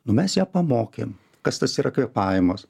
nu mes ją pamokėm kas tas yra kvėpavimas